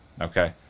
Okay